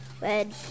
red